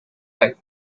type